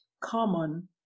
common